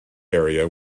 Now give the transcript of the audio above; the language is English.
area